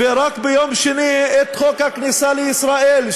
ורק ביום שני היה חוק הכניסה לישראל,